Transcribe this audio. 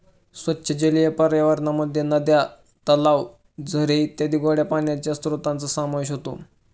स्वच्छ जलीय पर्यावरणामध्ये नद्या, तलाव, झरे इत्यादी गोड्या पाण्याच्या स्त्रोतांचा समावेश होतो